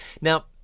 Now